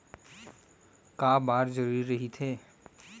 का बार जरूरी रहि थे?